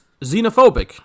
xenophobic